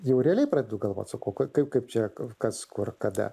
jau realiai pradedu galvoti sakau ka kaip čia kas kur kada